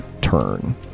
turn